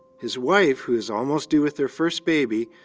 his wife, who's almost due with their first baby,